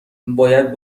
باید